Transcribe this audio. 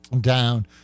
down